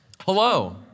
Hello